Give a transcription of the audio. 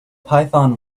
python